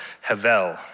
havel